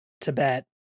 Tibet